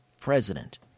President